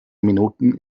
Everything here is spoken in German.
minuten